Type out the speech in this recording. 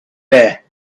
there